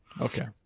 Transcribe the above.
Okay